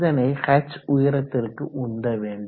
இதனை H உயரத்திற்கு உந்த வேண்டும்